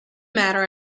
matter